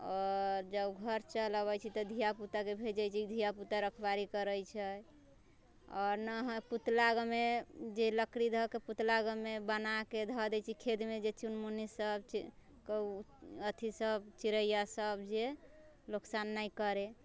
आओर जब घर चल अबै छै तऽ धियापुताके भेजै छी धियापुता रखबारी करै छै आओर नहि हय पुतला ओइमे जे लकड़ी धऽके पुतलामे बनाके धऽ दै छी खेतमे जे चुनमुनी सब कौ अथी सब चिड़ैया सब जे नोकसान नहि करै